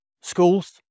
schools